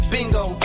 Bingo